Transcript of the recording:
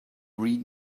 read